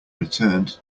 returned